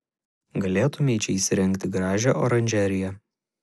galėtumei čia įsirengti gražią oranžeriją